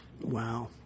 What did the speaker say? Wow